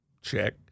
check